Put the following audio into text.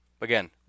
Again